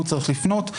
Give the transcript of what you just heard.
הוא צריך לפנות,